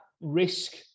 risk